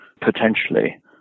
potentially